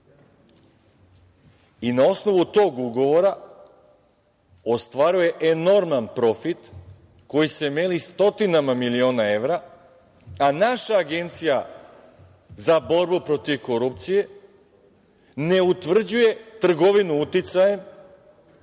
i na osnovu tog ugovora ostvaruje enorman profit koji se broji stotinama miliona evra, a naša Agencija za borbu protiv korupcije ne utvrđuje trgovinu uticajem